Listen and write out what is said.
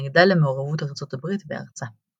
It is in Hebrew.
והתנגדה למעורבות ארצות הברית בארצה.